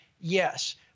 Yes